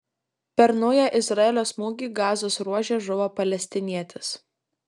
per naują izraelio smūgį gazos ruože žuvo palestinietis